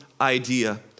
idea